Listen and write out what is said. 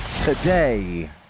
today